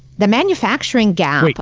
the manufacturing gap.